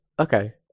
okay